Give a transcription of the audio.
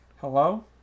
Hello